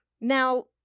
Now